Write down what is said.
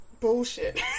bullshit